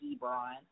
Ebron